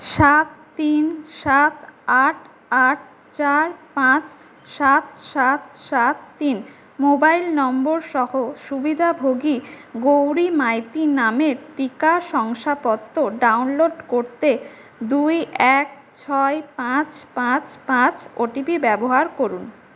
সাত তিন সাত আট আট চার পাঁচ সাত সাত সাত তিন মোবাইল নম্বর সহ সুবিধাভোগী গৌরী মাইতি নামের টিকা শংসাপত্র ডাউনলোড করতে দুই এক ছয় পাঁচ পাঁচ পাঁচ ওটিপি ব্যবহার করুন